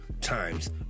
times